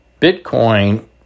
Bitcoin